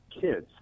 kids